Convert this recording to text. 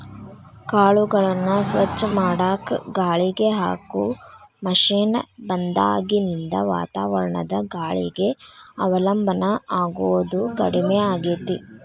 ಕಾಳುಗಳನ್ನ ಸ್ವಚ್ಛ ಮಾಡಾಕ ಗಾಳಿಗೆ ಹಾಕೋ ಮಷೇನ್ ಬಂದಾಗಿನಿಂದ ವಾತಾವರಣದ ಗಾಳಿಗೆ ಅವಲಂಬನ ಆಗೋದು ಕಡಿಮೆ ಆಗೇತಿ